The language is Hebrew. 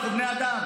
אנחנו בני אדם.